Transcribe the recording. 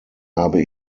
habe